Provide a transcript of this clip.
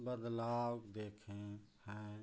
बदलाव देखे हैं